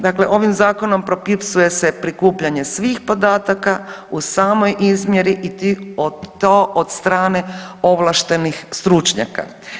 Dakle, ovim zakonom propisuje prikupljanje svih podataka u samoj izmjeri i ti, i to od strane ovlaštenih stručnjaka.